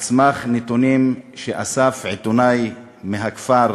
על סמך נתונים שאסף עיתונאי מהכפר,